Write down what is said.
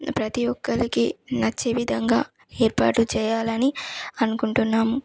ప్రతి ఒక్కళ్ళకీ నచ్చే విధంగా ఏర్పాటు చెయ్యాలని అనుకుంటున్నాము